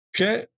Okay